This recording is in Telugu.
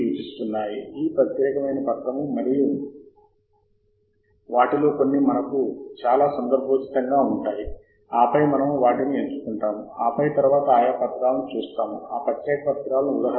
కాబట్టి మీరు ఎండ్ నోట్ పోర్టల్ పై క్లిక్ చేసిన క్షణం అప్పుడు ఈ 12 అంశాలు పంపబడతాయి ఇక్కడ సమాచార మార్పిడి జరిగే కొన్ని సెకన్ల పాటు తిరిగే పురోగతి వృత్తాన్ని మీరు చూస్తారు వెబ్ సైన్స్ పోర్టల్ నుండి myendnote